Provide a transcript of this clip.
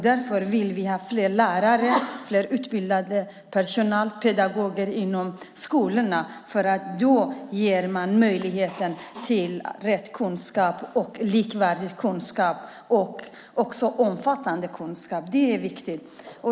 Därför vill vi ha fler lärare, mer utbildad personal och fler pedagoger inom skolorna. Då ger man möjlighet till rätt kunskap, likvärdig kunskap och omfattande kunskap. Det är också viktigt.